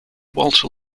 walter